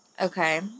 Okay